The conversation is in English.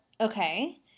okay